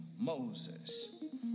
Moses